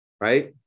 right